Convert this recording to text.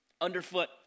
underfoot